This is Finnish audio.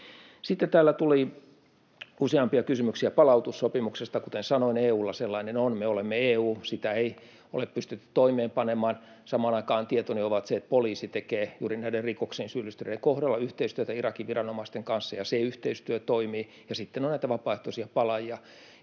Sitten täällä tuli useampia kysymyksiä palautussopimuksesta. Kuten sanoin, EU:lla sellainen on. Me olemme EU:ssa. Sitä ei ole pystytty toimeenpanemaan. Samaan aikaan tietoni on se, että poliisi tekee juuri näiden rikoksiin syyllistyneiden kohdalla yhteistyötä Irakin viranomaisten kanssa ja se yhteistyö toimii, ja sitten on näitä vapaaehtoisia palaajia,